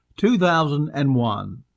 2001